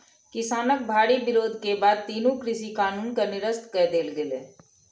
किसानक भारी विरोध के बाद तीनू कृषि कानून कें निरस्त कए देल गेलै